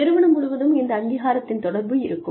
நிறுவனம் முழுவதும் இந்த அங்கீகாரத்தின் தொடர்பு இருக்கும்